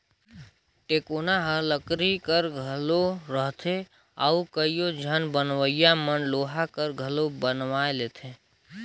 टेकोना हर लकरी कर घलो रहथे अउ कइयो झन बनवइया मन लोहा कर घलो बनवाए लेथे